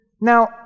Now